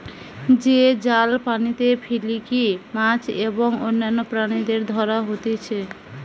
যে জাল পানিতে ফেলিকি মাছ এবং অন্যান্য প্রাণীদের ধরা হতিছে